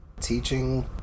teaching